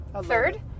Third